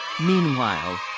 Meanwhile